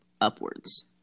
upwards